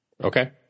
Okay